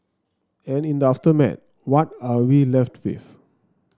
and in the aftermath what are we left with